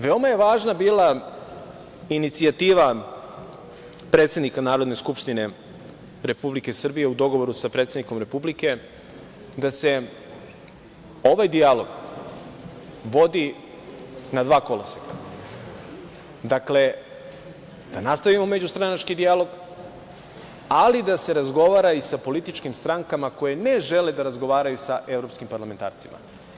Veoma je važna bila inicijativa predsednika Narodne skupštine Republike Srbije, u dogovoru sa predsednikom Republike, da se ovaj dijalog vodi na dva koloseka, da nastavimo međustranački dijalog, ali da se razgovara i sa političkim strankama koje ne žele da razgovaraju sa evropskim parlamentarcima.